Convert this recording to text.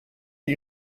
die